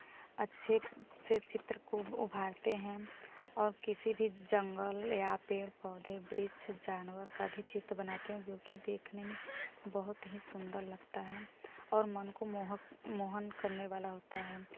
अच्छे से चित्र को उभारते हैं और किसी भी जंगल या पेड़ पौधे वृक्ष जानवर का भी चित्र बनाते हैं जो कि देखने में बहुत ही सुंदर लगता है और मन को मोहक मोहन करने वाला होता है